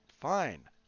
fine